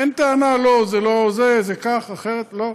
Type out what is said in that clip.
אין טענה, לא, זה לא זה, זה כך או אחרת, לא.